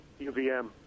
UVM